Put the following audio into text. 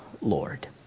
Lord